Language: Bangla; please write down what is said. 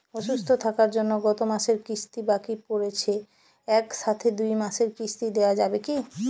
অসুস্থ থাকার জন্য গত মাসের কিস্তি বাকি পরেছে এক সাথে দুই মাসের কিস্তি দেওয়া যাবে কি?